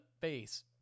face